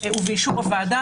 ובאישור הוועדה,